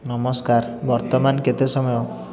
ନମସ୍କାର ବର୍ତ୍ତମାନ କେତେ ସମୟ